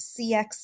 CX